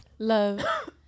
love